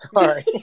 sorry